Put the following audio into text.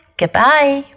goodbye